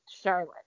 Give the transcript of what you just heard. Charlotte